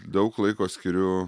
daug laiko skiriu